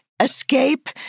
Escape